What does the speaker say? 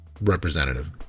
representative